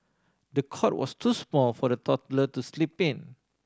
the cot was too small for the toddler to sleep in